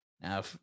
Now